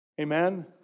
Amen